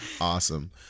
Awesome